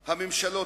הממשלות,